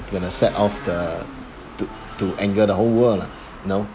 going to set off the to to anger the whole world lah you know